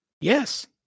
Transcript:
Yes